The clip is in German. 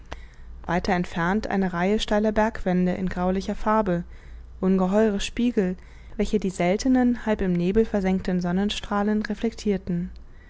weiter entfernt eine reihe steiler bergwände in graulicher farbe ungeheure spiegel welche die seltenen halb im nebel versenkten sonnenstrahlen reflectirten